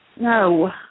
No